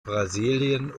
brasilien